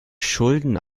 schulden